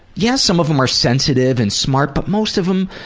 yeah, some of them are sensitive and smart, but most of them,